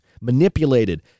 manipulated